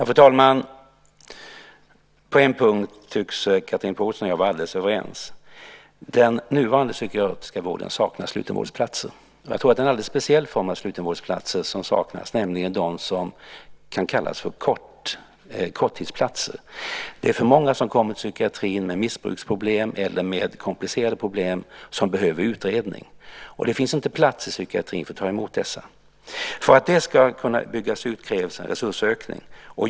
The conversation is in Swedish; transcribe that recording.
Fru talman! På en punkt tycks Chatrine Pålsson och jag vara helt överens. Den nuvarande psykiatriska vården saknar slutenvårdsplatser. Jag tror att det är en alldeles speciell form av slutenvårdsplatser som saknas, nämligen sådana som kan kallas för korttidsplatser. Det är för många som kommer till psykiatrin med missbruksproblem eller med ett komplicerat problem som behöver utredning. Det finns inte plats inom psykiatrin för att ta emot dessa. För att sådana ska kunna byggas krävs en resursökning.